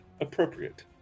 appropriate